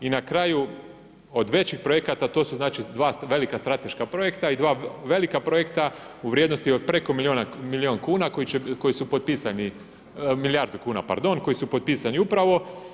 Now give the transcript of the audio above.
I na kraju od većih projekata, to su znači 2 velika strateška projekta i dva velika projekta u vrijednosti od preko milijun kuna koji su potpisani, milijardu kuna, pardon, koji su potpisani upravo.